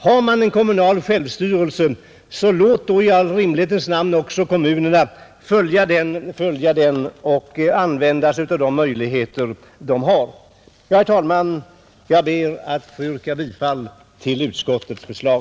Har man en kommunal självstyrelse, låt då i all rimlighets namn också kommunerna bruka den och använda sig av de möjligheter de har. Herr talman! Jag ber att få yrka bifall till utskottets förslag.